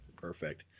Perfect